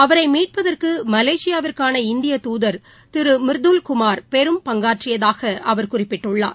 அவரைமீட்பதற்குமலேசியாவிற்கான இந்தியதாதர் திருமிர்துல் குமார் பெரும் பங்காற்றியதாகஅவர் குறிப்பிட்டுள்ளார்